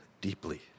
deeply